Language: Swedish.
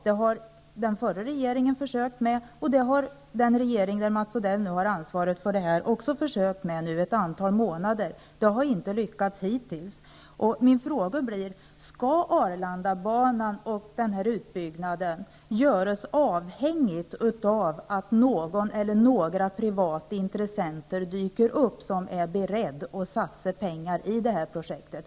Det försökte även den förra regeringen, och det har även den nuvarande regeringen försökt med i ett antal månader, där Mats Odell har ansvar för dessa frågor. Än har regeringen inte lyckats. Skall utbyggnaden av Arlandabanan göras avhängig av att någon eller några privata intressenter dyker upp och är beredda att satsa pengar i projektet?